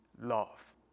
love